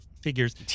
figures